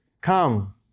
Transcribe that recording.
come